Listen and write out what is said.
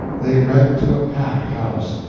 they read to a packed house,